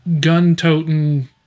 gun-toting